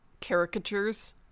caricatures